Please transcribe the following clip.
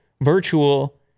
virtual